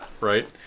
Right